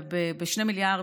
ב-2 מיליארד,